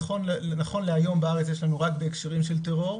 נכון להיום בארץ יש לנו רק בהקשרים של טרור.